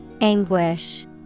Anguish